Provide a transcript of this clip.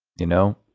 you know,